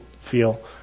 feel